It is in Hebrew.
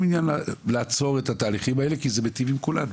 עניין לעצור את התהליכים האלה כי זה מיטיב עם כולם.